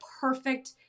perfect